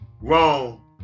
wrong